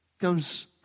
comes